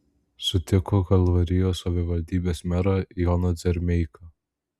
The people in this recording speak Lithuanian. sutiko kalvarijos savivaldybės merą joną dzermeiką